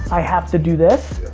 i have to do this.